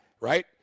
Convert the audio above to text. Right